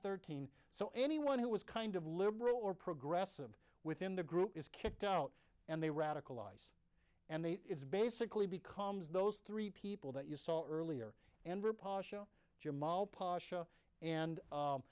thirteen so anyone who is kind of liberal or progressive within the group is kicked out and they radicalize and they it's basically becomes those three people that you saw earlier and jamal pasha and